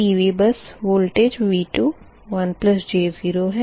PV bus voltage V2 1 j 0 है